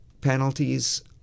penalties